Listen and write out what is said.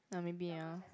ah maybe ah